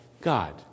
God